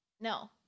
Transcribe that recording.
No